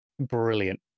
Brilliant